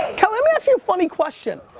kelly, lemme ask you a funny question.